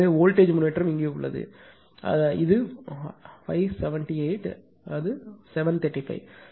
எனவே வோல்டேஜ் முன்னேற்றம் இங்கே உள்ளது ஏனெனில் இது 578 அது 735